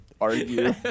argue